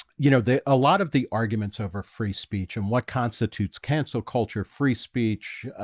you know the a lot of the arguments over free speech and what constitutes cancer culture free speech,